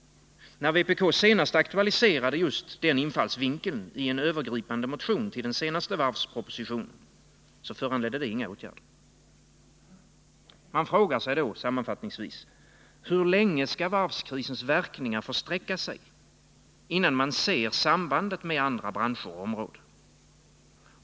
När vpk senast aktualiserade just den infallsvinkeln i en övergripande motion till den senaste varvspropositionen föranledde deita inga åtgärder. Man frågar sig då sammanfattningsvis: Hur långt skall varvskrisens verkningar få sträcka sig, innan man ser sambandet med andra branscher och områden?